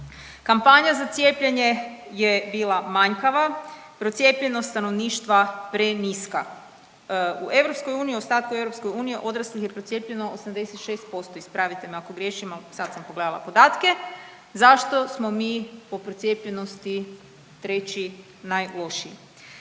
Kampanja za cijepljenje je bila manjkava, procijepljenost stanovništva preniska. U Europskoj uniji, ostatku Europske unije, odraslih je procijepljeno 86%, ispravite me ako griješim, al sad sam pogledala podatke. Zašto smo mi po procijepljenosti treći najlošiji.